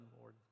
Lord